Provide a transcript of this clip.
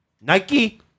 Nike